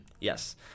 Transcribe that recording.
Yes